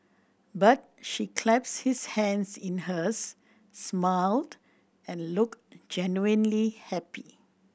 but she clasped his hands in hers smiled and looked genuinely happy